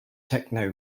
techno